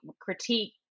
critique